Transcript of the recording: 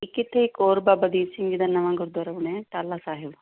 ਇੱਕ ਇੱਥੇ ਇੱਕ ਹੋਰ ਬਾਬਾ ਦੀਪ ਸਿੰਘ ਜੀ ਦਾ ਨਵਾਂ ਗੁਰਦੁਆਰਾ ਬਣਿਆ ਟਾਲਾ ਸਾਹਿਬ